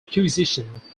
acquisition